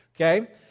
okay